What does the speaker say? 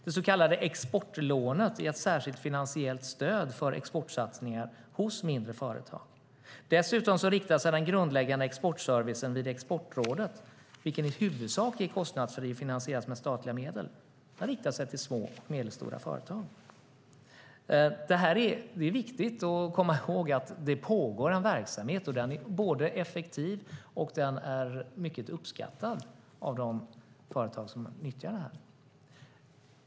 Det så kallade exportlånet är ett särskilt finansiellt stöd för exportsatsningar hos mindre företag. Dessutom riktar sig den grundläggande exportservicen vid Exportrådet till små och medelstora företag, vilken i huvudsak är finansieras med statliga medel. Det är viktigt att komma ihåg att det pågår en verksamhet. Den är både effektiv och mycket uppskattad av de företag som nyttjar den.